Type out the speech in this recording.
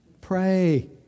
Pray